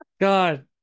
God